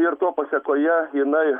ir to pasekoje jinai